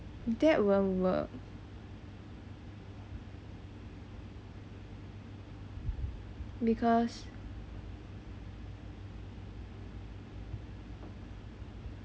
because